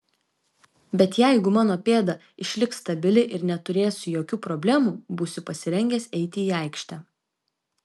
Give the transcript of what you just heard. bei jeigu mano pėda išliks stabili ir neturėsiu jokių problemų būsiu pasirengęs eiti į aikštę